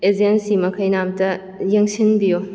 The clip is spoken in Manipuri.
ꯑꯦꯖꯦꯟꯁꯤ ꯃꯈꯩꯅ ꯑꯝꯇ ꯌꯦꯡꯁꯤꯟꯕꯤꯎ